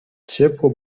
ciepło